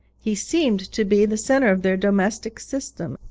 he seemed to be the centre of their domestic system,